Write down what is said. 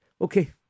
okay